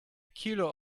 kilo